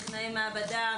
טכנאי מעבדה,